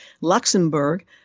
Luxembourg